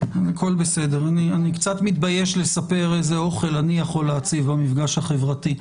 אני קצת מתבייש לספר איזה אוכל אני יכול להציע במפגש החברתי,